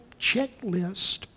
checklist